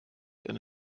denn